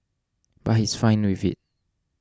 but he's fine with it